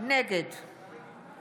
נגד